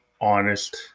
honest